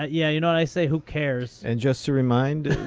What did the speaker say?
ah yeah you know i say, who cares. and just to remind,